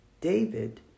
David